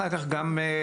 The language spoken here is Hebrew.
ואחר כך אני גם עבדתי,